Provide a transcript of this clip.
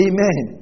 Amen